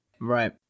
Right